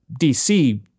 DC